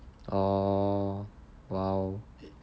oh !wow!